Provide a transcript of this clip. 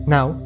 Now